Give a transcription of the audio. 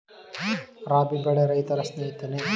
ರಾಬಿ ಬೆಳೆ ರೈತರ ಸ್ನೇಹಿತನೇ?